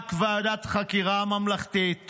רק ועדת חקירה ממלכתית